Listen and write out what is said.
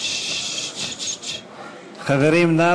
חברים, נא